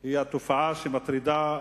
הוא התופעה המטרידה,